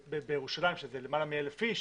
בירושלים עם למעלה מ-1,000 אנשים